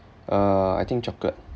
uh I think chocolate